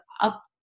up